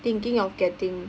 thinking of getting